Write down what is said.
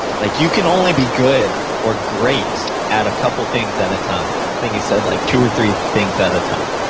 like you can only be good or great at a couple things at a time. i think he said like two or three things at a time.